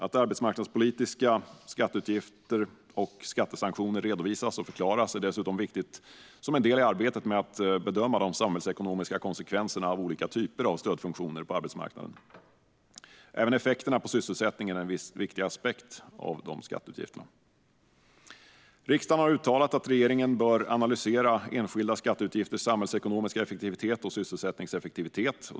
Att arbetsmarknadspolitiska skatteutgifter och skattesanktioner redovisas och förklaras är dessutom viktigt som en del i arbetet med att bedöma de samhällsekonomiska konsekvenserna av olika typer av stödfunktioner på arbetsmarknaden. Även effekterna på sysselsättningen är en viktig aspekt av de skatteutgifterna. Riksdagen har uttalat att regeringen bör analysera enskilda skatteutgifters samhällsekonomiska effektivitet och sysselsättningseffektivitet.